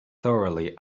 thoroughly